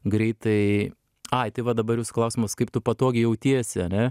greitai ai tai va dabar jūsų klausimas kaip tu patogiai jautiesi ane